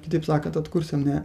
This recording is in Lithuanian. kitaip sakant atkursim ne